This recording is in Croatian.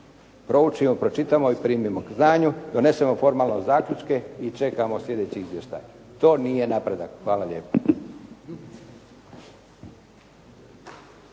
proučimo, pročitamo i primimo k znanju, donesemo formalno zaključke i čekamo slijedeći izvještaj. To nije napredak. Hvala lijepa.